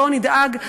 בואו נדאג,